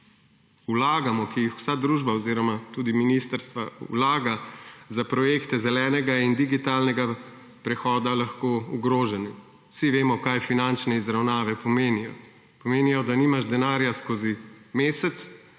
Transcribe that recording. vlagamo, ki jih vsa družba oziroma tudi ministrstva vlagajo za projekte zelenega in digitalnega prehoda, lahko ogroženi. Vsi vemo, kaj finančne izravnave pomenijo. Pomenijo, da nimaš denarja skozi mesec,